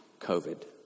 COVID